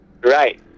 Right